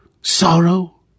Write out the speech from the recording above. Sorrow